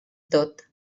tot